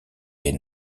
les